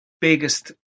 biggest